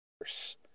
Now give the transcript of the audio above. worse